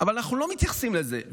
אבל אנחנו לא מתייחסים לזה.